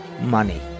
money